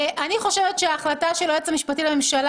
אני חושבת שההחלטה של היועץ המשפטי לממשלה